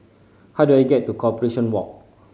how do I get to Corporation Walk